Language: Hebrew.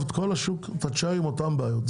את כל השוק אתה תישאר עם אותן בעיות.